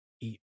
eat